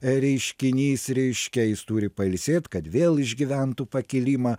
reiškinys reiškia jis turi pailsėt kad vėl išgyventų pakilimą